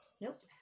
Nope